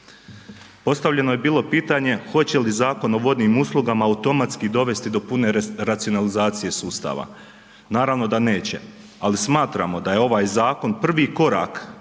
Postavljeno je bilo pitanje hoće li Zakon o vodnim uslugama automatski dovesti do pune racionalizacije sustava? Naravno da neće, ali smatramo da je ovaj zakon prvi korak